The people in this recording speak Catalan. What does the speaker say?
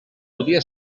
podia